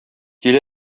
кил